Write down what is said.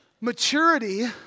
maturity